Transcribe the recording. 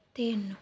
ਤਿੰਨ